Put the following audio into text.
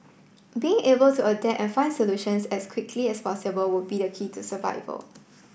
being able to adapt and find solutions as quickly as possible would be the key to survival